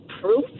proof